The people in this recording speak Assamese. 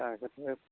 তাকে